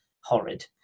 horrid